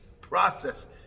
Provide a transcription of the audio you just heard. process